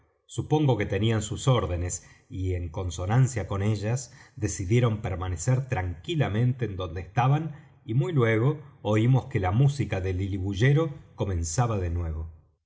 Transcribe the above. supongo que tenían sus órdenes y en consonancia con ellas decidieron permanecer tranquilamente en donde estaban y muy luego oímos que la música de lilibullero comenzaba de nuevo